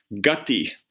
gutty